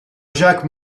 jacques